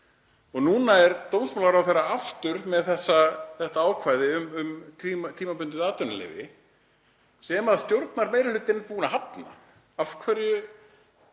Núna er dómsmálaráðherra aftur með þetta ákvæði um tímabundið atvinnuleyfi sem stjórnarmeirihlutinn er búinn að hafna. Af hverju